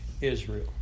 Israel